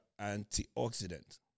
antioxidant